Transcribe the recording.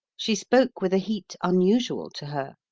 she spoke with a heat unusual to her.